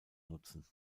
nutzen